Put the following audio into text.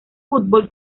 fútbol